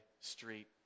street